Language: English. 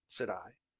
said i.